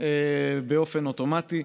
באופן אוטומטי.